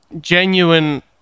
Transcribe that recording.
genuine